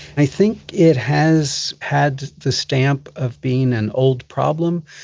i think it has had the stamp of being an old problem,